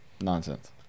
nonsense